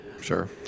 Sure